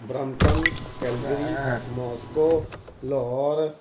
Brampton Calgary Moscow Lahore